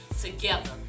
together